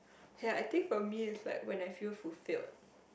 okay I think for me it's like when I feel fulfilled